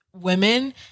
women